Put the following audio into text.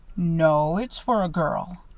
no, it's for a girl.